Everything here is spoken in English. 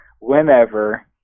whenever